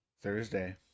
Thursday